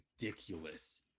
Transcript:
ridiculous